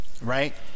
right